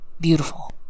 beautiful